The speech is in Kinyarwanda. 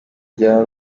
rya